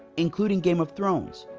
including game of thrones,